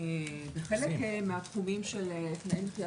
בחלק מהתחומים של תנאי מחייה